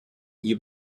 you